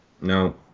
No